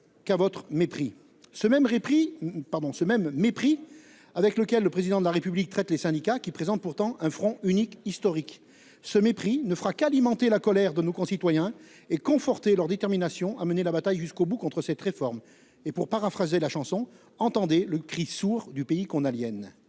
même repris pardon ce même mépris avec lequel le président de la République traite les syndicats qui présente pourtant un front unique historique ce mépris ne fera qu'alimenter la colère de nos concitoyens et conforter leur détermination à mener la bataille jusqu'au bout contre cette réforme et pour paraphraser la chanson entendez le cri sourd du pays qu'on aliène